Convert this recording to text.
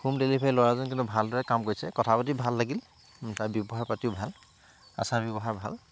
home delivery ল'ৰাজনে কিন্তু ভাল ধৰণে কাম কৰিছে কথা পাতি ভাল লাগিল তাৰ ব্যৱহাৰ পাতিও ভাল আচাৰ ব্যৱহাৰ ভাল